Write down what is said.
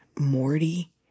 Morty